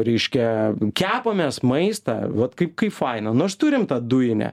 reiškia kepamės maistą vat kaip kai faina nors turim tą dujinę